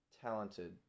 talented